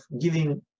giving